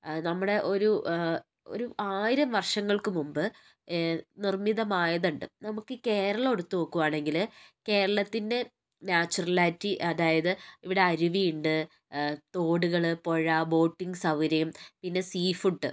നമ്മുടെ ഒരു ഒരു ആയിരം വർഷങ്ങൾക്ക് മുമ്പ് നിർമ്മിതമായതുണ്ട് നമുക്ക് കേരളം എടുത്ത് നോക്കുവാണെങ്കിൽ കേരളത്തിന്റെ നാച്ചുറാലിറ്റി അതായത് ഇവിടെ അരുവി ഉണ്ട് തോടുകൾ പുഴ ബോട്ടിംഗ് സൗകര്യം പിന്നെ സീ ഫുഡ്